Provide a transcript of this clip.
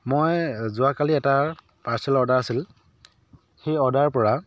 মই যোৱাকালি এটা পাৰ্চেল অৰ্ডাৰ আছিল সেই অৰ্ডাৰৰপৰা